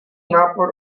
nápor